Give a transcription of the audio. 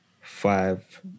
five